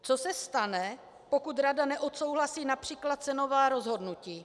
Co se stane, pokud rada neodsouhlasí například cenová rozhodnutí?